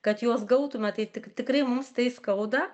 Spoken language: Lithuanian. kad juos gautume tai tik tikrai mums tai skauda